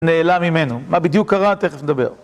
נעלה ממנו. מה בדיוק קרה, תכף נדבר.